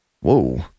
whoa